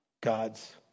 God's